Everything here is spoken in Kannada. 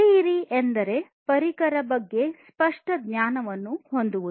ಕಲಿಯಿರಿ ಎಂದರೆ ಪರಿಕರಗಳ ಬಗ್ಗೆ ಸ್ಪಷ್ಟ ಜ್ಞಾನವನ್ನು ಹೊಂದಿರುವುದು